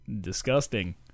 Disgusting